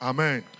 Amen